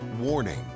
Warning